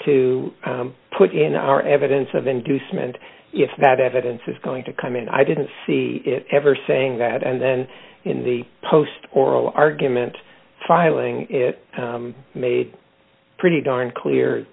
to put in our evidence of inducement if that evidence is going to come in i didn't see it ever saying that and then in the post oral argument filing it made pretty darn clear